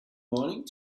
morning